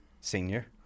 senior